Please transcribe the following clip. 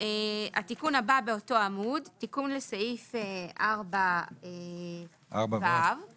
התיקון הבא באותו עמוד, תיקון לסעיף 4ו. אני